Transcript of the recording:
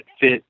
fit